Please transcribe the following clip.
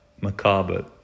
macabre